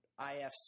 IFC